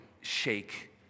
shake